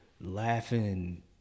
laughing